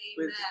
Amen